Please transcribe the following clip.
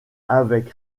avaient